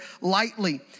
lightly